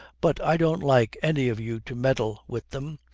but i don't like any of you to meddle with them.